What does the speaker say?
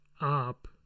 up